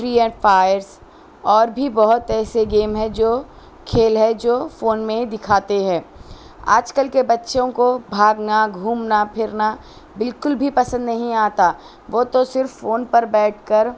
free and fires اور بھی بہت ایسے گیم ہے جو کھیل ہے جو فون میں دکھاتے ہیں آج کل کے بچّوں کو بھاگنا گھومنا پھرنا بالکل بھی پسند نہیں آتا وہ تو صرف فون پر بیٹھ کر